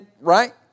Right